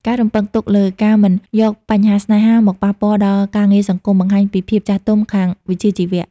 ការរំពឹងទុកលើ "ការមិនយកបញ្ហាស្នេហាមកប៉ះពាល់ដល់ការងារសង្គម" បង្ហាញពីភាពចាស់ទុំខាងវិជ្ជាជីវៈ។